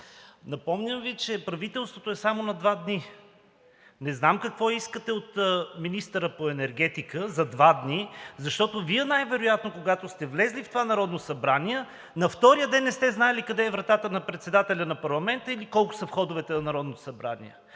Напомням Ви, че правителството е само на два дни. Не знам какво искате от министъра по енергетика за два дни, защото Вие най-вероятно, когато сте влезли в това Народно събрание, на втория ден не сте знаели къде е вратата на председателя на парламента или колко са входовете на Народното събрание.